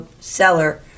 seller